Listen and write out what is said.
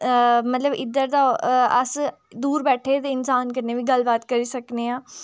मतलब इद्धर दा अस दूर बैठे दे इंसान कन्नै बी गल्ल बात करी सकने आं